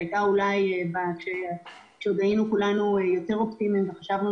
כפי שהיה אולי כשעוד היינו יותר אופטימיים וחשבנו